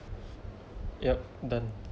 yup done